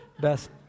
best